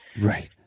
Right